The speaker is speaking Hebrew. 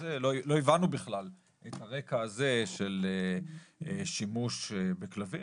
בכלל את הרקע הזה של שימוש בכלבים,